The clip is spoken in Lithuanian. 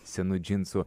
senų džinsų